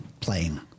playing